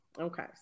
okay